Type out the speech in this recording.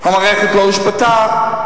המערכת לא הושבתה,